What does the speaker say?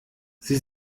sie